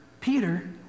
Peter